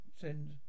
send